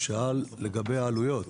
שאל לגבי עלויות.